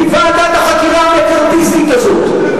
כי ועדת החקירה המקארתיסטית הזאת,